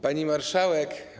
Pani Marszałek!